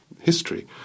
history